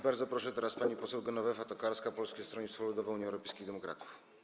Bardzo proszę, teraz pani poseł Genowefa Tokarska, Polskie Stronnictwo Ludowe - Unia Europejskich Demokratów.